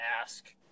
ask